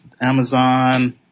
Amazon